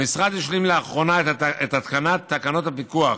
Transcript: המשרד השלים לאחרונה את התקנת תקנות הפיקוח